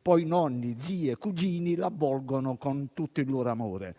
Poi nonni, zii e cugini, lo avvolgono con tutto il loro amore.